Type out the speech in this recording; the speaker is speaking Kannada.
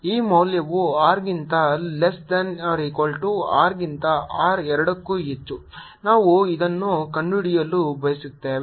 ಈ ಮೌಲ್ಯವು R ಗಿಂತ less than equal to R ಗಿಂತ r ಎರಡಕ್ಕೂ ಹೆಚ್ಚು ನಾವು ಇದನ್ನು ಕಂಡುಹಿಡಿಯಲು ಬಯಸುತ್ತೇವೆ